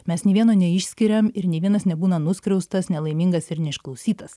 mes nė vieno neišskiriam ir nė vienas nebūna nuskriaustas nelaimingas ir neišklausytas